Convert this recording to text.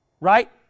Right